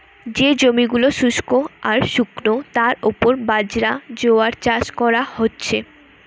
যে জমি গুলা শুস্ক আর শুকনো তার উপর বাজরা, জোয়ার চাষ কোরা হচ্ছে